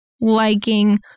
liking